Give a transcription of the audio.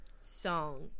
song